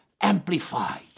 Amplified